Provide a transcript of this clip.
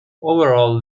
overall